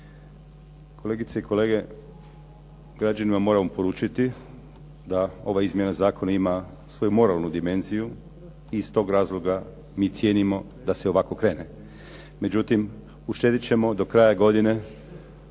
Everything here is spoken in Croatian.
Kolegice i kolege, građanima moramo poručiti da ova izmjena zakona ima svoju moralnu dimenziju i iz stog razloga mi cijenimo da se ovako krene. Međutim, uštedit ćemo do kraja godine